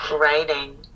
writing